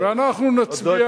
ואנחנו נצביע,